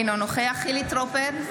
אינו נוכח חילי טרופר,